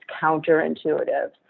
counterintuitive